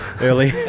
early